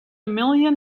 million